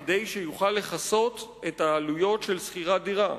כדי שיוכל לכסות את העלויות של שכירת דירה.